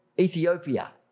Ethiopia